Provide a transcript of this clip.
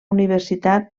universitat